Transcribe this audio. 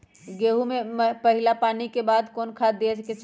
गेंहू में पहिला पानी के बाद कौन खाद दिया के चाही?